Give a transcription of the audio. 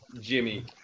Jimmy